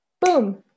boom